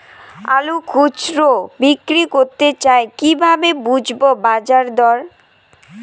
আলু খুচরো বিক্রি করতে চাই কিভাবে বুঝবো বাজার দর?